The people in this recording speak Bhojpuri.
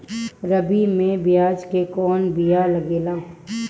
रबी में प्याज के कौन बीया लागेला?